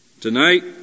Tonight